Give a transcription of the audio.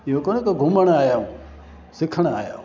इहो कोन कि घुमण आहियां आयूं सिखणु आहियां आयूं